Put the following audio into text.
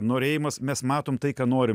norėjimas mes matom tai ką norim